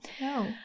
no